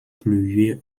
pluvieux